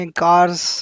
cars